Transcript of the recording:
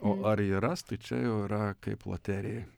o ar jį ras tai čia jau yra kaip loterijoj